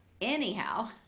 anyhow